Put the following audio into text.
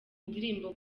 ndirimbo